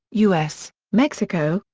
us, mexico,